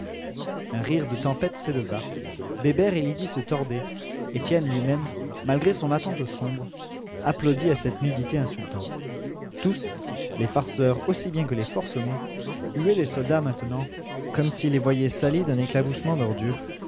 un rire de tempête s'éleva bébert et lydie se tordaient étienne lui-même malgré son attente sombre applaudit à cette nudité insultante tous les farceurs aussi bien que les forcenés huaient les soldats maintenant comme s'ils les voyaient salis d'un éclaboussement d'ordure